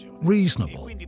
reasonable